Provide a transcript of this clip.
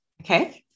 Okay